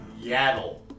Yaddle